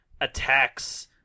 attacks